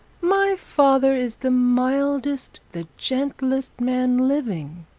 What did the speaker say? my father is the mildest, the gentlest man living